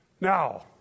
Now